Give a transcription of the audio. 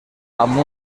amb